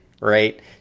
right